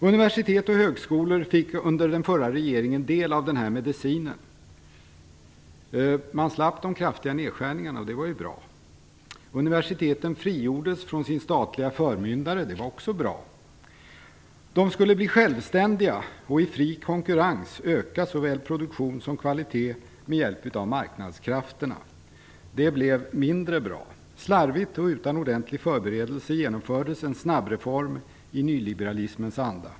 Universitet och högskolor fick under den förra regeringen del av den här medicinen. Man slapp de kraftiga nedskärningarna, och det var ju bra. Universiteten frigjordes från sin statliga förmyndare - det var också bra. De skulle bli självständiga och i fri konkurrens öka såväl produktion som kvalitet med hjälp av marknadskrafterna. Det blev mindre bra. Slarvigt och utan ordentlig förberedelse genomfördes en snabbreform i nyliberalismens anda.